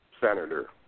senator